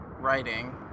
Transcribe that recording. writing